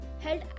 held